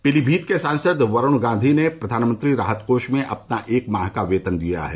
पीलीभीत के सांसद वरूण गांधी ने प्रधानमंत्री राहत कोष में अपना एक माह का वेतन दिया है